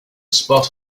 spot